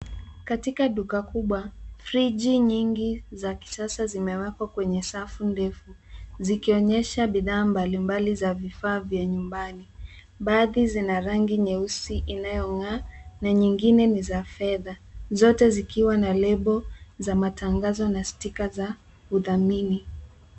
Katika duka kubwa, friji nyingi za kisasa zimewekwa kwenye safu ndefu. Zikionyesha bidha mbali mbali za vifaa vya nyumbani. Baadhi zina rangi nyeusi inayong'aa na nyingine ni za fedha. Zote zikiwa na lebo za matangazo na stika za udhamini.